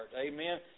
Amen